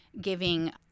giving